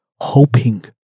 hoping